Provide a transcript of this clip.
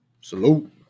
Salute